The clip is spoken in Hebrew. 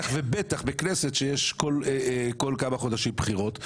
ובטח בכנסת שיש כל כמה חודשים בחירות,